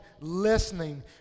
listening